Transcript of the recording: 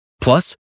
Plus